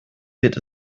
wird